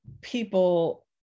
people